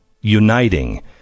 uniting